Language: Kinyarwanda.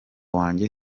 wanjye